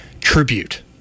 Tribute